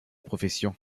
profession